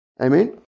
Amen